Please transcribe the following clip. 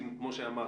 כמו שאמרת,